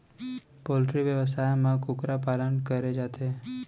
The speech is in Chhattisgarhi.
पोल्टी बेवसाय म कुकरा कुकरी पालन करे जाथे